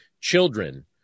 children